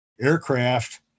aircraft